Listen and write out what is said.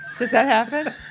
does that happen?